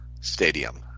Stadium